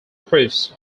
proofs